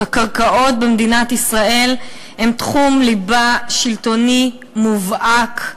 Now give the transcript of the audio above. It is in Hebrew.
הקרקעות במדינת ישראל הן תחום ליבה שלטוני מובהק.